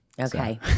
Okay